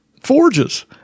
forges